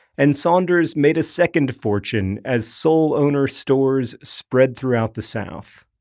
and saunders made a second fortune as sole owner stores spread throughout the south.